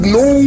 no